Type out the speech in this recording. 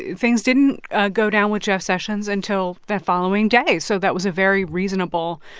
things didn't go down with jeff sessions until that following day. so that was a very reasonable,